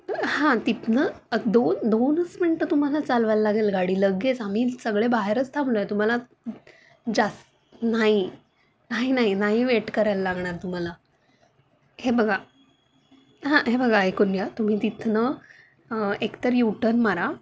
हां तिथून दोन दोनच मिनटं तुम्हाला चालवायला लागेल गाडी लगेच आम्ही सगळे बाहेरच थांबलो आहे तुम्हाला जास् नाही नाही नाही नाही वेट करायला लागणार तुम्हाला हे बघा हां हे बघा ऐकून घ्या तुम्ही तिथून एक तर यु टन मारा